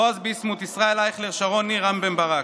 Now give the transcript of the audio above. בועז ביסמוט, ישראל אייכלר, שרון ניר, רם בן ברק.